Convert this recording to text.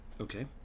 Okay